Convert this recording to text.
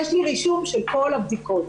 יש לי רישום של כל הבדיקות,